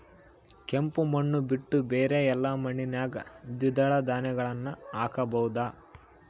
ಕೆಂಪು ಮಣ್ಣು ಬಿಟ್ಟು ಬೇರೆ ಎಲ್ಲಾ ಮಣ್ಣಿನಾಗ ದ್ವಿದಳ ಧಾನ್ಯಗಳನ್ನ ಹಾಕಬಹುದಾ?